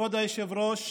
כבוד היושב-ראש,